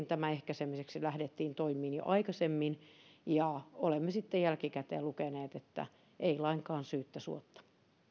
tämän ehkäisemiseksi lähdettiin toimiin jo aikaisemmin ja olemme sitten jälkikäteen lukeneet että ei lainkaan syyttä suotta